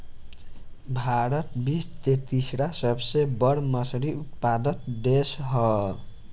भारत विश्व के तीसरा सबसे बड़ मछली उत्पादक देश ह